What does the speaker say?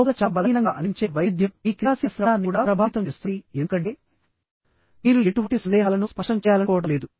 లోపల చాలా బలహీనంగా అనిపించే వైవిధ్యం మీ క్రియాశీల శ్రవణాన్ని కూడా ప్రభావితం చేస్తుంది ఎందుకంటే మీరు ఎటువంటి సందేహాలను స్పష్టం చేయాలనుకోవడం లేదు